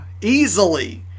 Easily